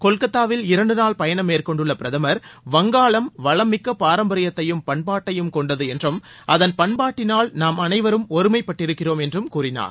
கொல்கத்தாவில் இரண்டு நாள் பயணம் மேற்கொண்டுள்ள பிரதமர் வங்காளம் வளம் மிக்க பாரம்பரியத்தையும் பண்பாட்டையும் கொண்டது என்றும் அதன் பண்பாட்டினால் நாம் அனைவரும் ஒருமைப்பட்டிருக்கிறோம் என்றும் கூறினார்